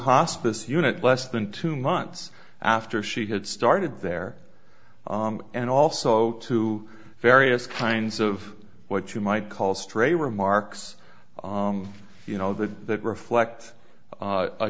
hospice unit less than two months after she had started there and also to various kinds of what you might call stray remarks you know that reflect